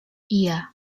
iya